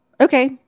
okay